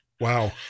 Wow